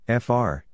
FR